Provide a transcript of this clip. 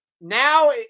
now